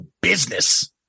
business